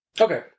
Okay